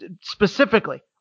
specifically